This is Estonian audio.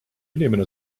inimene